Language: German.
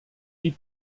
die